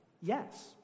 yes